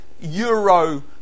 euro